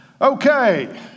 Okay